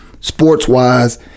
sports-wise